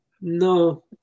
no